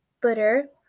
Butter